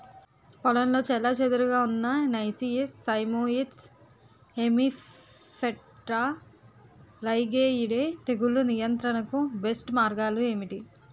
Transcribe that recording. పొలంలో చెల్లాచెదురుగా ఉన్న నైసియస్ సైమోయిడ్స్ హెమిప్టెరా లైగేయిడే తెగులు నియంత్రణకు బెస్ట్ మార్గాలు ఏమిటి?